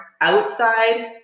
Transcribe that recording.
outside